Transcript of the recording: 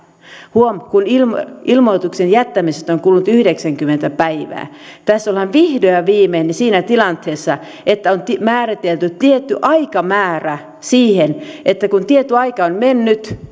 huom kun ilmoituksen ilmoituksen jättämisestä on on kulunut yhdeksänkymmentä päivää tässä ollaan vihdoin ja viimein siinä tilanteessa että on määritelty tietty aikamäärä niin että jos tietty aika on mennyt